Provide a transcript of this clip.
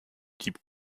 type